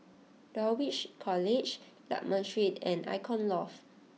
Dulwich College Lakme Street and Icon Loft